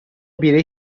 biri